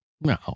no